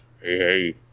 hey